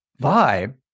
vibe